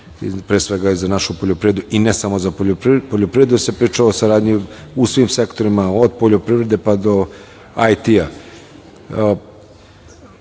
jeste šansa za našu poljoprivredu, ne samo za poljoprivredu, već se priča o saradnji o svim sektorima, od poljoprivrede pa do